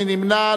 מי נמנע?